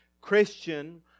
Christian